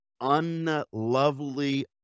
unlovely